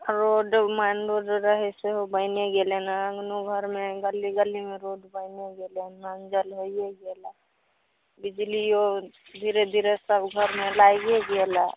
रोडो main road रहै सेहो बैने गेलै हन अङ्गनो घरमे गल्ली गल्लीमे रोड बैने गेलै हन नलजल होइए गेलै बिजलीओ धीरे धीरे सब घरमे लाइगे गेलऽ